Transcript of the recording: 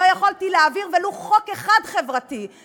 לא יכולתי להעביר ולו חוק חברתי אחד,